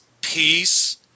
peace